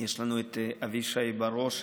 יש לנו את אבישי בר-אושר,